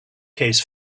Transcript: case